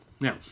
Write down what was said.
Now